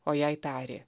o jai tarė